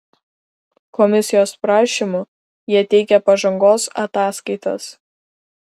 komisijos prašymu jie teikia pažangos ataskaitas